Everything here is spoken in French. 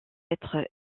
être